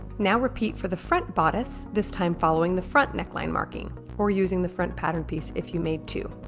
now repeat for the front bodice this time following the front neckline marking or using the front pattern piece if you made two